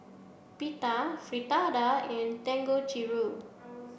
Pita Fritada and Dangojiru